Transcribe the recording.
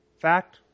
fact